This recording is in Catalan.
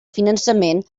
finançament